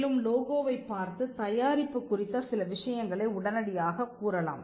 மேலும் லோகோவைப் பார்த்து தயாரிப்பு குறித்த சில விஷயங்களை உடனடியாகக் கூறலாம்